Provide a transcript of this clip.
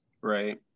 right